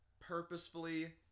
purposefully